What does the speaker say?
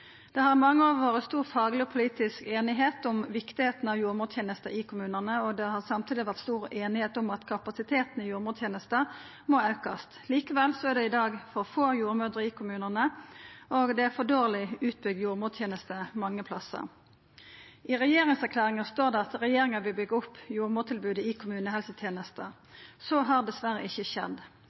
Det har i mange år vore stor fagleg og politisk einigheit om viktigheita av jordmortenesta i kommunane, og det har samtidig vore stor einigheit om at kapasiteten i jordmortenesta må aukast. Likevel er det i dag for få jordmødrer i kommunane, og det er for dårleg utbygd jordmorteneste mange plassar. I regjeringserklæringa står det at regjeringa vil byggja ut jordmortilbodet i kommunehelsetenesta. Det har dessverre ikkje skjedd.